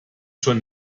schon